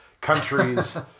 countries